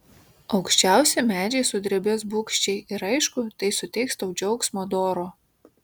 aukščiausi medžiai sudrebės bugščiai ir aišku tai suteiks tau džiaugsmo doro